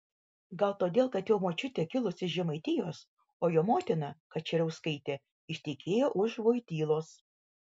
gal todėl kad jo močiutė kilusi iš žemaitijos o jo motina kačerauskaitė ištekėjo už vojtylos